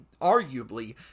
arguably